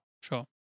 sure